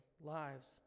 lives